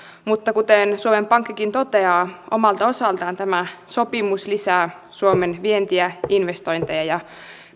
mutta kuten suomen pankkikin toteaa omalta osaltaan tämä sopimus lisää suomen vientiä investointeja ja